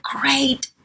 great